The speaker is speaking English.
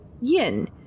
yin